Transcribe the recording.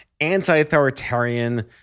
anti-authoritarian